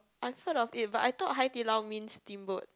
I thought of it but I thought Hai-Di-Lao means steamboat